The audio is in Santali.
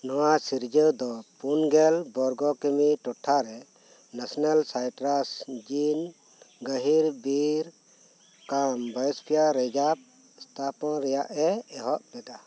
ᱱᱚᱣᱟ ᱥᱤᱨᱡᱟᱹᱣ ᱫᱚ ᱯᱩᱱᱜᱮᱞ ᱵᱚᱨᱜᱚ ᱠᱤᱢᱤ ᱴᱚᱴᱷᱟᱨᱮ ᱱᱮᱥᱱᱟᱞ ᱥᱟᱭᱴᱨᱟᱥ ᱡᱤᱱ ᱜᱟᱹᱦᱤᱨ ᱵᱤᱨ ᱠᱟᱢ ᱵᱟᱭᱚᱥᱯᱷᱤᱭᱟᱨ ᱨᱤᱡᱟᱨᱵᱷ ᱥᱛᱷᱟᱯᱚᱱ ᱨᱮᱭᱟᱜ ᱮ ᱮᱦᱚᱵ ᱞᱮᱫᱟ